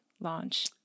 launch